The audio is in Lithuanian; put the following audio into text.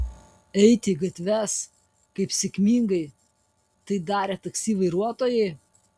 eiti į gatves kaip sėkmingai tai darė taksi vairuotojai